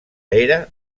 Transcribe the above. era